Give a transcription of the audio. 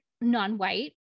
non-white